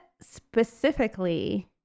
specifically